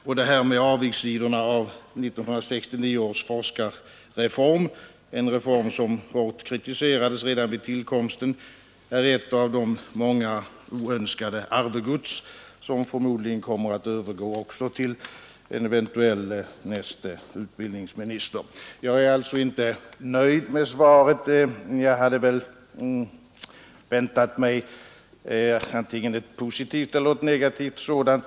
Avigsidorna med 1969 års forskarreform, en reform som hårt kritiserades redan vid tillkomsten, är en av de många oönskade arvdelar som förmodligen kommer att övergå också på en kommande utbildningsminister. Jag är alltså inte nöjd med svaret. Jag hade väntat mig antingen ett positivt eller ett negativt sådant.